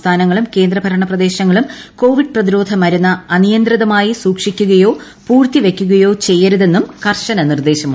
സംസ്ഥാനങ്ങളും കേന്ദ്ര ഭരണ പ്രദേശങ്ങളും കോവിഡ് പ്രതിരോധ മരുന്ന് അനിയന്ത്രിതമായി സൂക്ഷിക്കുകയോ പൂഴ്ത്തിവയ്ക്കുകയോ ചെയ്യരുതെന്നും കർശന നിർദ്ദേശമുണ്ട്